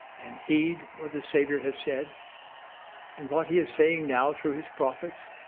and heed what the savior has said and what he is saying now through his prophets?